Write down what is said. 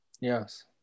Yes